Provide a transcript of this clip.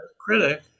critic